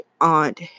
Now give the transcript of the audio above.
aunt